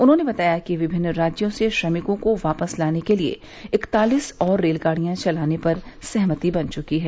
उन्होंने बताया कि विभिन्न राज्यों से श्रमिकों को वापस लाने के लिए इकतालीस और रेलगाड़ियां चलाने पर सहमति बन चुकी है